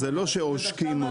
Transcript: זה לא שעושקים אותו.